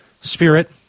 Spirit